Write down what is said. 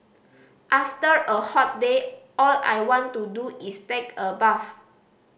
after a hot day all I want to do is take a bath